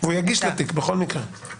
והוא יגיש לתיק בכל מקרה.